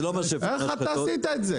איך אתה עשית את זה?